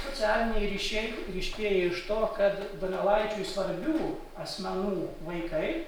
socialiniai ryšiai ryškėja iš to kad donelaičiui svarbių asmenų vaikai